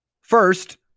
First